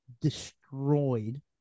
destroyed